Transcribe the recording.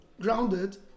grounded